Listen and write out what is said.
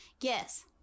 yes